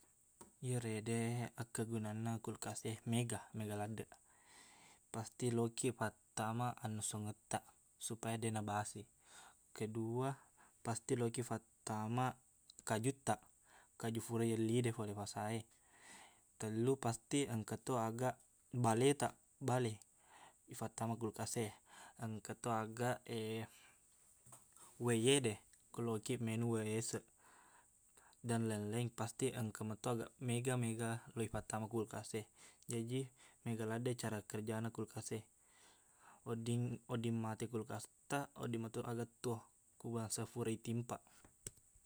Iyarede akkegunanna kulkas e mega mega laddeq pasti lokiq fattama annasungettaq supaya deqna basi kedua pasti lokiq fattama kajuttaq kaju fura yellide fole fasaq e tellu pasti engkato aga baletaq bale ifattama kulkas e engkato aga waeyede ko lokiq minung wae eseq dan lain-laing pasti engka meto aga mega mega lo fattama kulkas e jaji mega laddeq cara kerjana kulkas e wedding- wedding mate kulkastaq wedding meto aga tuo ku bangsa fura itimpaq